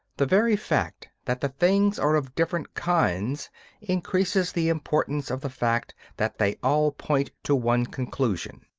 the very fact that the things are of different kinds increases the importance of the fact that they all point to one conclusion.